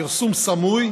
פרסום סמוי),